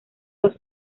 los